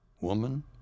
Woman